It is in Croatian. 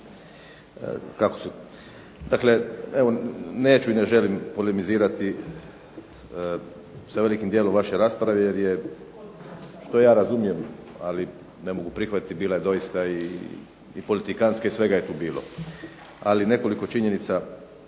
dakle evo neću i ne želim polemizirati sa velikim dijelom vaše rasprave jer je što ja razumijem, ali ne mogu prihvatiti, bila je doista i politikantska, i svega je tu bilo. Ali nekoliko činjenica